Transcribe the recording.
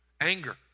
Anger